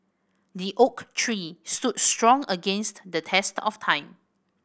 the oak tree stood strong against the test of time